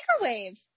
microwave